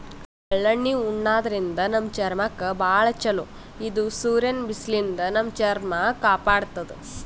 ಎಳ್ಳಣ್ಣಿ ಉಣಾದ್ರಿನ್ದ ನಮ್ ಚರ್ಮಕ್ಕ್ ಭಾಳ್ ಛಲೋ ಇದು ಸೂರ್ಯನ್ ಬಿಸ್ಲಿನ್ದ್ ನಮ್ ಚರ್ಮ ಕಾಪಾಡತದ್